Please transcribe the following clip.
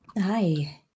hi